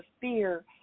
fear